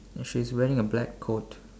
she is wearing a black coat